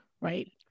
right